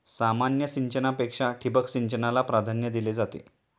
सामान्य सिंचनापेक्षा ठिबक सिंचनाला प्राधान्य दिले जाते